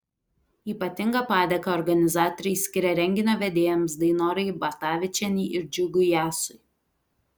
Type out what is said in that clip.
ypatingą padėką organizatoriai skiria renginio vedėjams dainorai batavičienei ir džiugui jasui